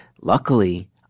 Luckily